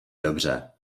dobře